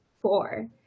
four